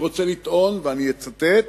אני רוצה לטעון, ואני אצטט,